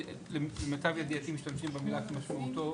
למיטב ידיעתי משתמשים במילה "כמשמעותו"